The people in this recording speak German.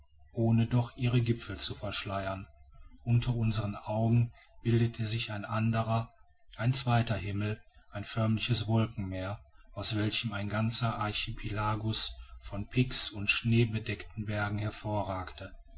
ohne doch ihre gipfel zu verschleiern unter unseren augen bildete sich ein anderer ein zweiter himmel ein förmliches wolkenmeer aus welchem ein ganzer archipelagus von pics und schneebedeckten bergen hervorragte